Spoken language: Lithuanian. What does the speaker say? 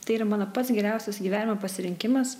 tai yra mano pats geriausias gyvenimo pasirinkimas